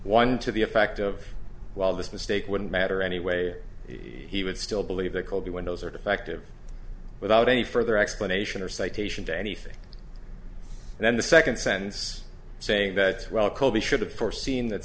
one to the effect of while this mistake wouldn't matter anyway he would still believe that colby windows are defective without any further explanation or citation to anything and then the second sentence saying that well koby should have